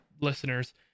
listeners